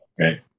Okay